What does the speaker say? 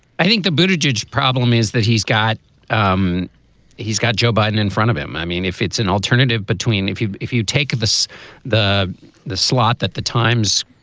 i think the but biggest problem is that he's got um he's got joe biden in front of him. i mean, if it's an alternative between if you if you take this the the slot that the times,